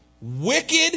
wicked